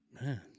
Man